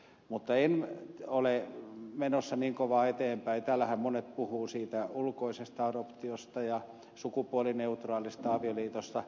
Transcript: mutta en ole menossa niin kovaa eteenpäin täällähän monet puhuvat siitä ulkoisesta adoptiosta ja sukupuolineutraalista avioliitosta